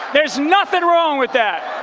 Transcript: there's nothing wrong with that.